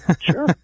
Sure